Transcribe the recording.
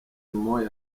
moi